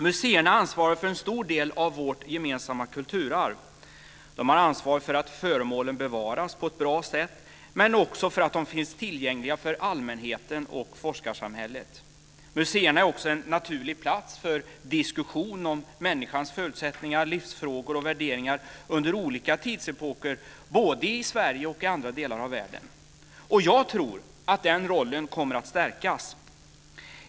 Museerna ansvarar för en stor del av vårt gemensamma kulturarv. De har ansvar för att föremålen bevaras på ett bra sätt och för att de finns tillgängliga för allmänheten och forskarsamhället. Museerna är också en naturlig plats för diskussion om människans förutsättningar, livsfrågor och värderingar under olika tidsepoker både i Sverige och i andra delar av världen. Jag tror att den rollen kommer att stärkas.